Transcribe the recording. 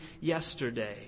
yesterday